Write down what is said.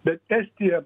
bet estija